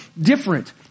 different